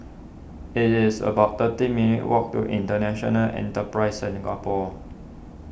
it is about thirty minutes' walk to International Enterprise Singapore